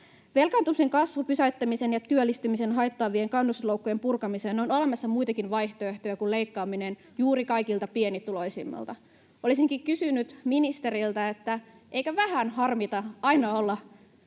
Velkaantumisen kasvun pysäyttämiseen ja työllistymistä haittaavien kannustinloukkujen purkamiseen on olemassa muitakin vaihtoehtoja kuin leikkaaminen juuri kaikilta pienituloisimmilta. Olisinkin kysynyt ministeriltä: eikö vähän harmita aina olla